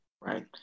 Right